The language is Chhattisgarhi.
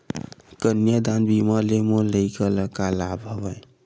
कन्यादान बीमा ले मोर लइका ल का लाभ हवय?